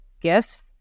gifts